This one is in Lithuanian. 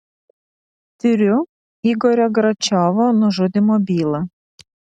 tiriu igorio gračiovo nužudymo bylą